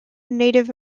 native